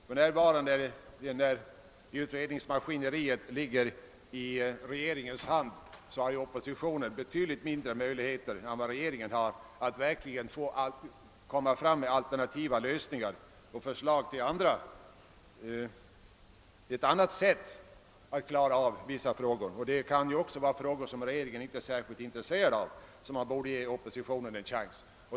För närvarande, när utredningsmaskineriet ligger i regeringens hand, har oppositionen betydligt sämre förutsättningar än regeringen att framlägga alternativa förslag till lösningar. Man borde även ge oppositionen en chans att utreda frågor som regeringen inte är särskilt intresserad av.